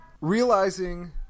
realizing